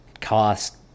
cost